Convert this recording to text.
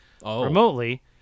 remotely